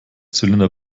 zylinder